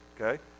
Okay